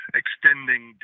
extending